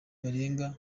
barenga